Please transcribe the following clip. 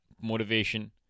motivation